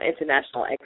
international